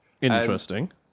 Interesting